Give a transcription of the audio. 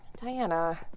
Diana